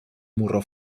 marró